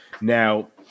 Now